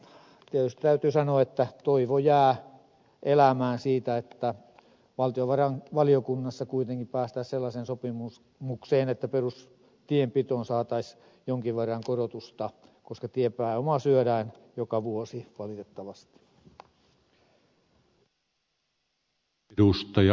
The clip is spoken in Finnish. ja tietysti täytyy sanoa että toivo jää elämään siitä että valtiovarainvaliokunnassa kuitenkin päästäisiin sellaiseen sopimukseen että perustienpitoon saataisiin jonkin verran korotusta koska tiepääoma syödään joka vuosi valitettavasti